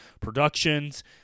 Productions